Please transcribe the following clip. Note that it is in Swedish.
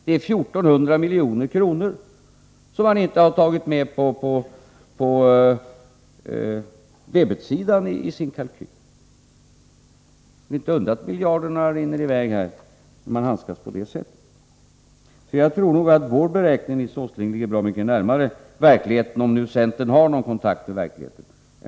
Det är 1400 milj.kr. som man inte har tagit med på debetsidan i sin kalkyl. Det är inte att undra på att miljarderna rinner iväg, när man handskas med pengar på det sättet. Jag tror nog att vår beräkning, Nils Åsling, ligger bra mycket närmare verkligheten än motionen gör — om nu centern har någon kontakt med verkligheten.